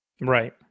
Right